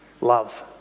love